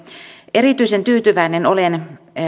erityisen tyytyväinen olen